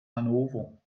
hannover